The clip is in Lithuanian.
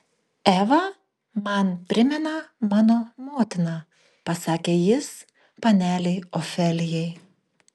eva man primena mano motiną pasakė jis panelei ofelijai